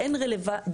אנחנו באים ללמוד את